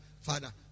father